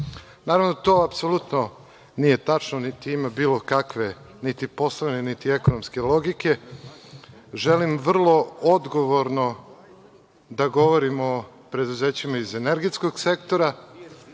Naravno da to apsolutno nije tačno niti ima bilo kakve niti poslovne, niti ekonomske logike. Želim vrlo odgovorno da govorim o preduzećima iz energetskog sektora,